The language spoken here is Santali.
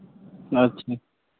ᱟᱪᱪᱷᱟ